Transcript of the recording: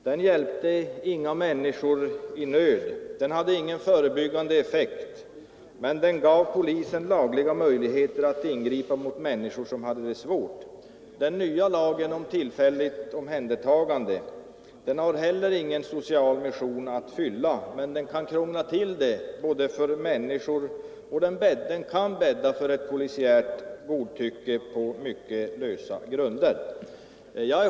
Den hjälpte inga människor i nöd och hade ingen förebyggande effekt, men den gav polisen lagliga möjligheter att ingripa mot människor som hade det svårt. Den nya lagen om tillfälligt omhändertagande har heller ingen social mission att fylla, men den kan krångla till det för människor och bädda för polisiärt godtycke på mycket lösa grunder.